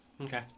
okay